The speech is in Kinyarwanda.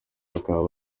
bakaba